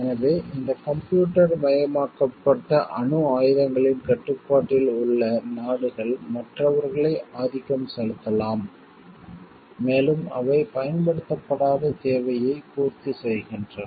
எனவே இந்த கம்ப்யூட்டர் மயமாக்கப்பட்ட அணு ஆயுதங்களின் கட்டுப்பாட்டில் உள்ள நாடுகள் மற்றவர்களை ஆதிக்கம் செலுத்தலாம் மேலும் அவை பயன்படுத்தப்படாத தேவையை பூர்த்தி செய்கின்றன